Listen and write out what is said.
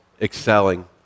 Excelling